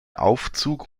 aufzug